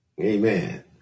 Amen